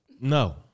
No